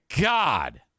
God